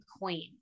queen